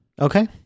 Okay